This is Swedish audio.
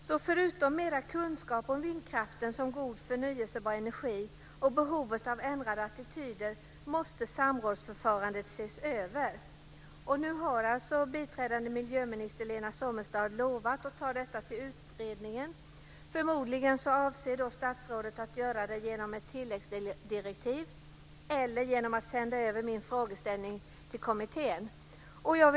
Förutom mera kunskap om vindkraften som god förnyelsebar energi och behovet av ändrade attityder måste samrådsförfarandet ses över. Nu har alltså biträdande miljöminister Lena Sommestad lovat att ta detta till utredningen. Förmodligen avser statsrådet att göra det genom ett tilläggsdirektiv eller genom att sända över min frågeställning till kommittén.